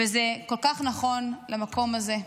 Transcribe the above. וזה כל כך נכון למקום הזה.